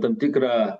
tam tikrą